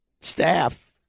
staff